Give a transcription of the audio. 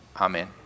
Amen